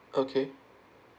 okay